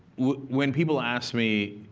when people ask me,